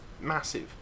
massive